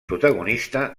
protagonista